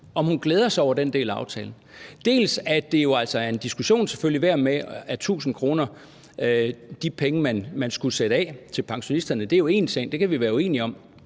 om hun glæder sig over den del af aftalen. Det ene er jo selvfølgelig en diskussion om de 1.000 kr., de penge, som man skulle sætte af til pensionisterne. Det er jo én ting, og det kan vi være uenige om.